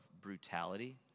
brutality